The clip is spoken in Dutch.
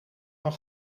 van